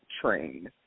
train